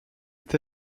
est